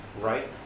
right